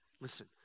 Listen